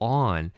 on